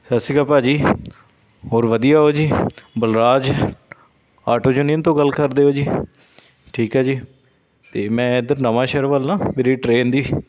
ਸਤਿ ਸ਼੍ਰੀ ਅਕਾਲ ਭਾਅ ਜੀ ਹੋਰ ਵਧੀਆ ਹੋ ਜੀ ਬਲਰਾਜ ਆਟੋ ਯੂਨੀਅਨ ਤੋਂ ਗੱਲ ਕਰਦੇ ਹੋ ਜੀ ਠੀਕ ਆ ਜੀ ਅਤੇ ਮੈਂ ਇੱਧਰ ਨਵਾਂਸ਼ਹਿਰ ਵੱਲ ਨਾ ਮੇਰੀ ਟਰੇਨ ਦੀ